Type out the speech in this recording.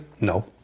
No